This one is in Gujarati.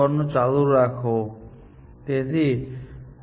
અલબત્ત સોલ્વ્ડ નોડ્સમાં એસસોસિએટેડ ખર્ચનો સમાવેશ થશે